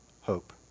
hope